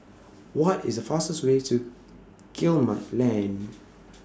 What IS The fastest Way to Guillemard Lane